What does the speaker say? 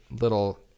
little